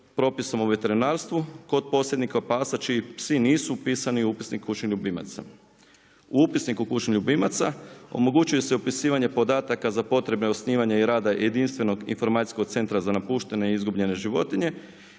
o veterinarstvu kod posrednika pasa čiji psi nisu upisani u upisnik kućnih ljubimaca. U upisnik kućnih ljubimaca omogućuje se upisivanje podataka za potrebe osnivanja i rada jedinstvenog informacijskog centra za napuštene i izgubljene životinje